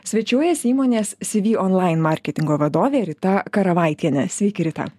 svečiuojasi įmonės cv online marketingo vadovė rita karavaitienė sveiki rita